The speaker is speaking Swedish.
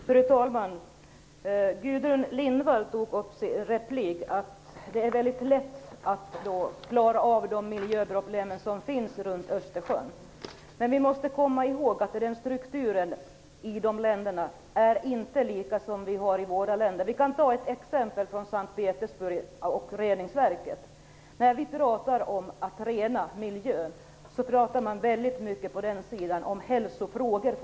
Fru talman! Gudrun Lindvall tog i sin replik upp att det är mycket lätt att klara de miljöproblem som finns runt Östersjön. Men vi måste komma ihåg att strukturen i de länderna inte är densamma som vi har i vårt land. Vi kan ta ett exempel från S:t Petersburg som gäller reningsverken. När vi pratar om att rena miljö pratar man på den sidan fortfarande mycket om hälsofrågor.